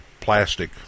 plastic